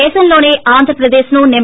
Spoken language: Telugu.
దేశంలోసే ఆంధ్రప్రదేశ్ ను సెం